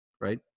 Right